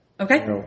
Okay